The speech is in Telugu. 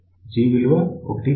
G విలువ 1